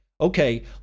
Okay